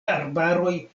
arbaroj